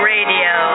Radio